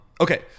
Okay